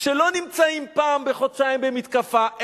שלא נמצאים פעם בחודשיים במתקפה,